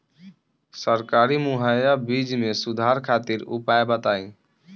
सरकारी मुहैया बीज में सुधार खातिर उपाय बताई?